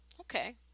Okay